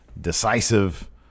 decisive